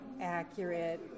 accurate